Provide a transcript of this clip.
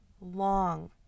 long